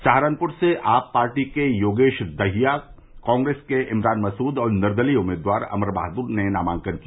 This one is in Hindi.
सहारनपुर से आप पार्टी के योगेश दहिया कांग्रेस के इमरान मसूद और निर्दलीय उम्मीदवार अमर बहादुर ने नामांकन किया